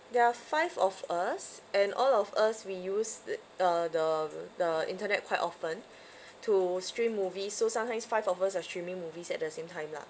there are five of us and all of us we use uh the the internet quite often to stream movies so sometimes five of us are streaming movies at the same time lah